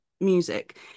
music